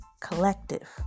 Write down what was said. collective